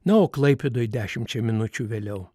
na o klaipėdoje dešimčia minučių vėliau